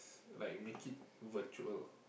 like make it virtual